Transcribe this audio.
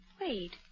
Wait